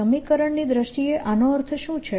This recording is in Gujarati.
સમીકરણની દ્રષ્ટિએ આનો અર્થ શું છે